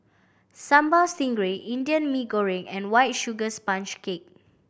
Sambal Stingray Indian Mee Goreng and White Sugar Sponge Cake